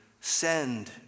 send